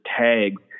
tags